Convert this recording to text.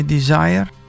Desire